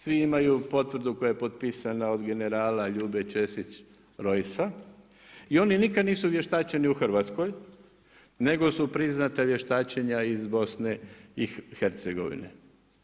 Svi imaju potvrdu koja je potpisana od generala Ljube Ćesić Rojsa i oni nikada nisu vještačeni u Hrvatskoj nego su priznata vještačenja iz BiH-a.